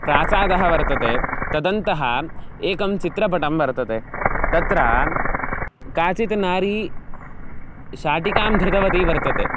प्रासादः वर्तते तदन्तः एकं चित्रपटं वर्तते तत्र काचित् नारी शाटिकां धृतवती वर्तते